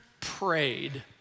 prayed